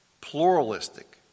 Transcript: pluralistic